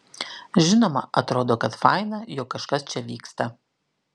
žinoma atrodo kad faina jog kažkas čia vyksta